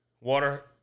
water